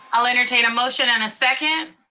i'll entertain a motion and a second.